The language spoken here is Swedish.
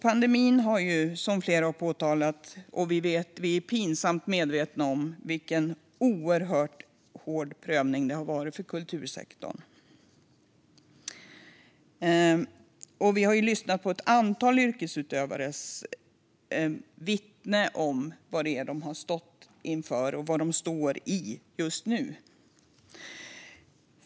Pandemin har, som flera har påtalat och som vi är pinsamt medvetna om, varit en oerhört hård prövning för kultursektorn. Vi har lyssnat till ett antal yrkesutövares vittnesmål om vad de har stått inför och vad de står i just nu.